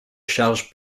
charges